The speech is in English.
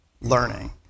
learning